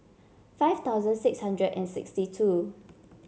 five thousand six hundred and sixty two